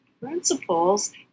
principles